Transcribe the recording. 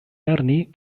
lerni